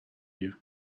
you